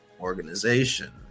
organization